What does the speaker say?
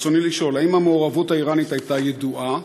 רצוני לשאול: 1. האם המעורבות האיראנית הייתה ידועה?